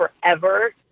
forever